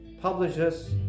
publishers